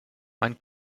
mein